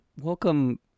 Welcome